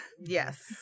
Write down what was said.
Yes